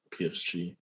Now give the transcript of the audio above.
PSG